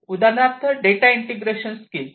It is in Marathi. उदाहरणार्थ डेटा इंटिग्रेशन स्किल्स